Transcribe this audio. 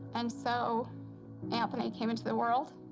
and so anthony came into the world,